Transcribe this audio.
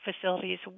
facilities